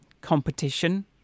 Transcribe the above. competition